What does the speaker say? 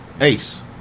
Ace